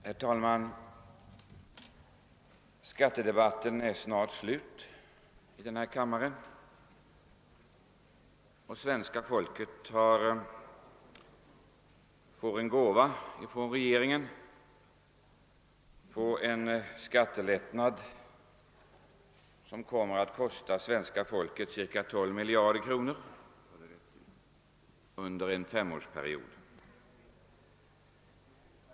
Herr talman! Skattedebatten i. denna kammare är snart slut, och det svenska folket får en gåva från regeringen: en skattelättnad: "som kommer att kosta svenska folket ca 12 miljarder kronor under en femårsperiod.